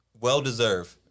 well-deserved